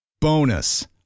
Bonus